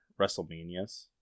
WrestleManias